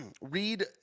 read